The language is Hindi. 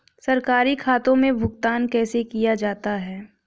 सरकारी खातों में भुगतान कैसे किया जाता है?